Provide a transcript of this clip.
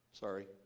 Sorry